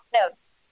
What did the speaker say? notes